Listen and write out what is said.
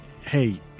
hey